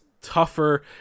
tougher